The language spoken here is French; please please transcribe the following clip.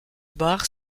bar